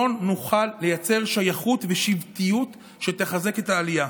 נוכל לייצר שייכות ושבטיות שיחזקו את העלייה.